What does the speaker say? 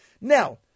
Now